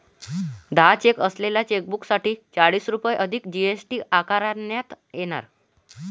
दहा चेक असलेल्या चेकबुकसाठी चाळीस रुपये अधिक जी.एस.टी आकारण्यात येणार